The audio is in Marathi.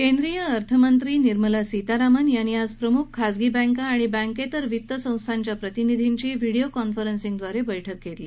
केंद्रीय अर्थमंत्री निर्मला सीतारामन यांनी आज प्रमुख खाजगी बँका आणि बँकेतर वित्त संस्थांच्या प्रतिनिधींची व्हिडिओ कॉन्फरन्सिंगद्वारे बैठक घेतली